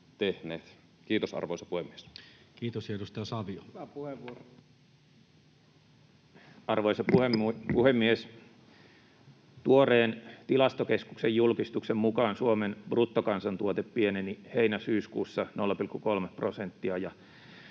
2023 Time: 18:32 Content: Arvoisa puhemies! Tuoreen Tilastokeskuksen julkistuksen mukaan Suomen bruttokansantuote pieneni heinä—syyskuussa 0,3 prosenttia,